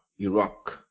Iraq